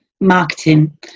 marketing